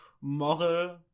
moral